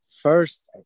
first